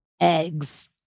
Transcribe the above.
eggs